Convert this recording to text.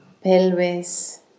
pelvis